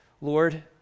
Lord